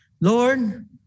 Lord